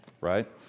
right